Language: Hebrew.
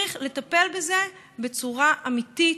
צריך לטפל בזה בצורה אמיתית,